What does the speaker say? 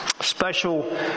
special